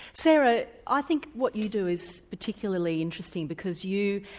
sara, i think what you do is particularly interesting because you,